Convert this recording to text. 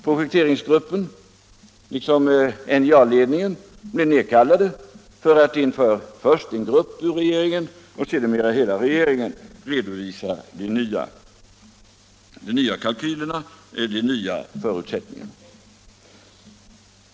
Projekteringsgruppen och NJA-ledningen blev nedkallade till Stockholm för att först för en grupp ur regeringen och sedermera inför hela regeringen redovisa de nya kalkylerna och de nya förutsättningarna.